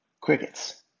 Crickets